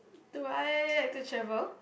do I like to travel